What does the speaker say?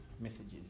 messages